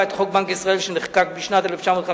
את חוק בנק ישראל שנחקק בשנת 1954,